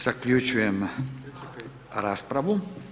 Zaključujem raspravu.